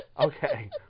Okay